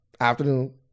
afternoon